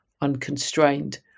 unconstrained